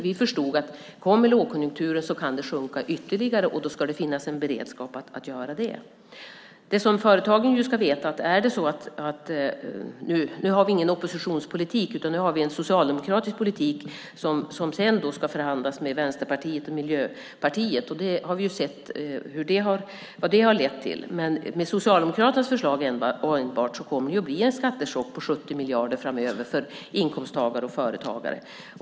Vi förstod att om lågkonjunkturen kommer kan det sjunka ytterligare, och då ska det finnas en beredskap för att göra det. Det som företagen ska veta är att vi nu inte har någon oppositionspolitik utan har en socialdemokratisk politik som sedan ska förhandlas med Vänsterpartiet och Miljöpartiet. Vi har ju sett vad det har lett till. Enbart med Socialdemokraternas förslag kommer det att bli en skattechock på 70 miljarder framöver för inkomsttagare och företagare.